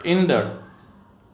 ईंदड़